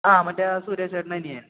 ആ മറ്റേ ആ സുരേഷേട്ടൻ്റെ അനിയൻ